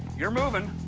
you're moving.